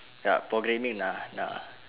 yup programming nah nah